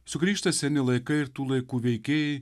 sugrįžta seni laikai ir tų laikų veikėjai